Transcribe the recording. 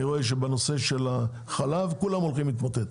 אני רואה שבנושא החלב, כולם הולכים להתמוטט.